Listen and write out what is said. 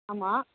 ஆமாம்